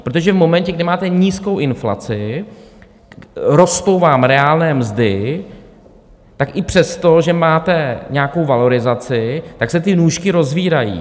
Protože v momentě, kdy máte nízkou inflaci, rostou vám reálné mzdy, tak i přesto, že máte nějakou valorizaci, tak se ty nůžky rozvírají.